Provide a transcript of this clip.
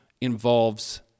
involves